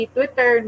Twitter